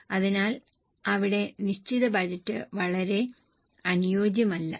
അതിനാൽ അവിടെ നിശ്ചിത ബജറ്റ് വളരെ അനുയോജ്യമല്ല